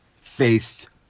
faced